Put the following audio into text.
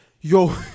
Yo